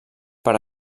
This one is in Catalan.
per